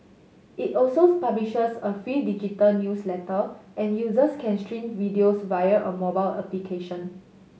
it also publishes a free digital newsletter and users can stream videos via a mobile application